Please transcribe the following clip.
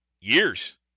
years